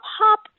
hop